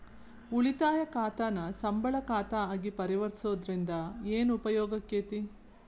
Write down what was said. ಉಳಿತಾಯ ಖಾತಾನ ಸಂಬಳ ಖಾತಾ ಆಗಿ ಪರಿವರ್ತಿಸೊದ್ರಿಂದಾ ಏನ ಉಪಯೋಗಾಕ್ಕೇತಿ?